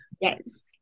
yes